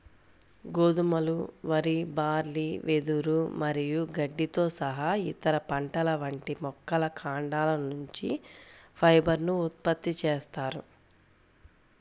గోధుమలు, వరి, బార్లీ, వెదురు మరియు గడ్డితో సహా ఇతర పంటల వంటి మొక్కల కాండాల నుంచి ఫైబర్ ను ఉత్పత్తి చేస్తారు